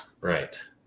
right